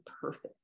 perfect